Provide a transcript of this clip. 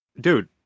Dude